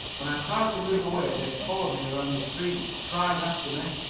when i tried to move away they followed me around the streets, crying after me